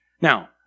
Now